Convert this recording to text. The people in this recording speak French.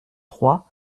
trois